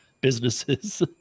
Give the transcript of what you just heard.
businesses